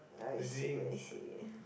I see I see